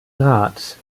rat